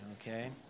okay